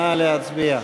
נא להצביע.